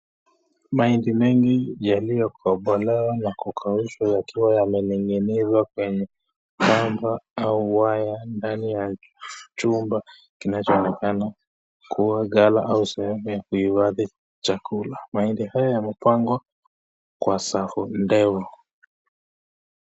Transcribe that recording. Mahindi mengi yaliyokobolewa ya kukaushwa yakiwa yamening'inizwa kwenye kamba au waya ndani ya chumba kinachoonekana kuwa gala au sehemu ya kuhifadhi chakula, mahindi haya yamepangwa kwa safu ndefu.